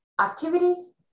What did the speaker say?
activities